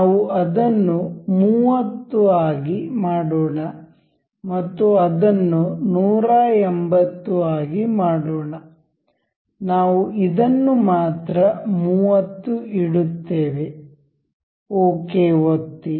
ನಾವು ಅದನ್ನು 30 ಆಗಿ ಮಾಡೋಣ ಮತ್ತು ಅದನ್ನು 180 ಆಗಿ ಮಾಡೋಣ ನಾವು ಇದನ್ನು ಮಾತ್ರ 30 ಇಡುತ್ತೇವೆ ಓಕೆ ಒತ್ತಿ